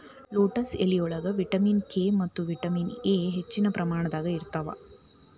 lettuce ಎಲಿಯೊಳಗ vitamin K ಮತ್ತ vitamin A ಹೆಚ್ಚಿನ ಪ್ರಮಾಣದಾಗ ಇರ್ತಾವ